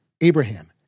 Abraham